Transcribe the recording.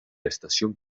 estación